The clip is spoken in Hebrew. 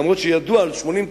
אף-על-פי שידוע על 60%,